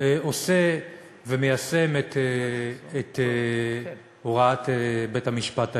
עושה ומיישם את הוראת בית-המשפט העליון.